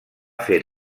fet